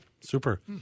super